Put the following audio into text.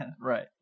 Right